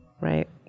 Right